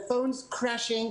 הקליטה נופלת,